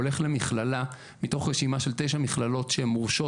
הולך מכללה מתוך רשימה של תשע מכללות שמורשות,